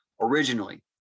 Originally